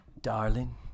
Darling